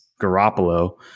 Garoppolo